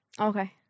Okay